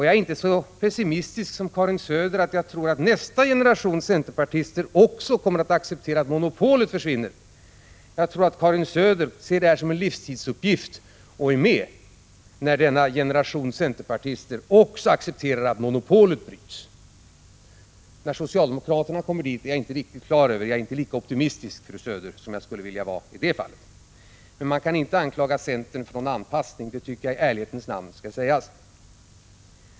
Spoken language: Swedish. Jag är inte så pessimistisk som Karin Söder att jag tror att nästa generations centerpartister kommer att acceptera också att monopolet försvinner, utan jag tror att Karin Söder ser sitt uppdrag som en livsuppgift och kommer att vara med när denna generation accepterar också att monopolet bryts. När socialdemokraterna kommer dit är jag inte riktigt klar över. Och jag är inte lika optimistisk, fru Söder, som jag skulle vilja vara i det fallet. Man kan alltså inte anklaga centern för någon anpassning — det tycker jag i ärlighetens namn skall sägas.